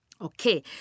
Okay